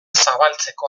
zabaltzeko